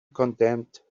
condemned